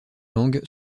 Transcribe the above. langue